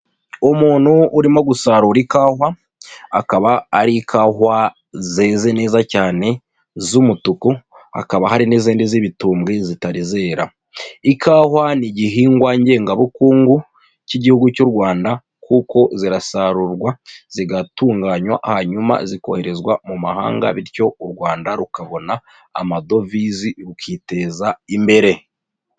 Umuntu urimo gusarura ikawa, akaba ari ikawa zeze neza cyane z'umutuku, hakaba hari n'izindi z'ibitubwe zitari zera, ikawa n'igihingwa ngengabukungu cy'Igihugu cy'u Rwanda kuko zirasarurwa zigatunganywa hanyuma zikoherezwa mu mahanga, bityo u Rwanda rukabona amadovize rukiteza imbere.